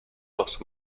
los